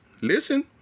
Listen